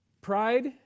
Pride